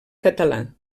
català